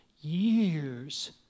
years